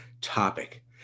topic